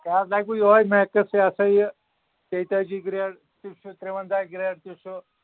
تۄہہِ حظ لَگِوُ یہوے میکٕس یہِ ہَسا یہِ شیٚتٲجی گرٛیڈ سُہ چھُ تِرٛوَنٛزاہ گرٛیڈ سُہ چھُ